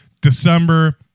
December